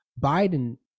Biden